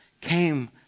came